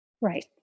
Right